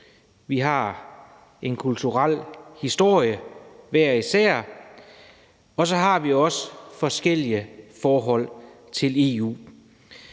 Vi har en kulturel historie hver især. Og så har vi også forskellige forhold til EU.